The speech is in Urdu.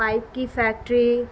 پائپ کی فیکٹری